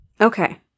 Okay